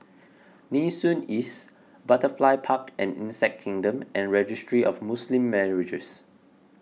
Nee Soon East Butterfly Park and Insect Kingdom and Registry of Muslim Marriages